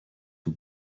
who